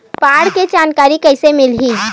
बाढ़ के जानकारी कइसे मिलही?